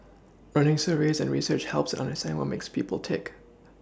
running surveys and research helps in understanding what makes people tick